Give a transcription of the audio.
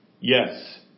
Yes